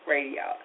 Radio